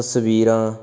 ਤਸਵੀਰਾਂ